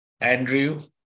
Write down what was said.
Andrew